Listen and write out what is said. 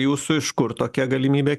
jūsų iš kur tokia galimybė